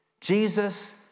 Jesus